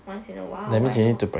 once in awhile why not